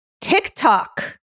TikTok